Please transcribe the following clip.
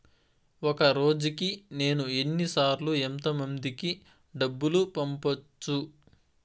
ఒక రోజుకి నేను ఎన్ని సార్లు ఎంత మందికి డబ్బులు పంపొచ్చు?